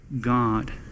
God